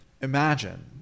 Imagine